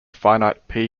finite